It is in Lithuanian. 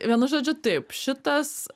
vienu žodžiu taip šitas